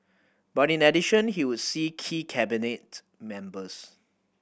but in addition he would see key Cabinet members